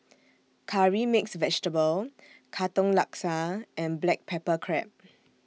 Curry Mixed Vegetable Katong Laksa and Black Pepper Crab